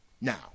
Now